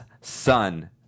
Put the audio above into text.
son